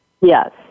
Yes